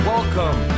Welcome